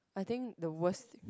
I think the worst